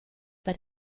bei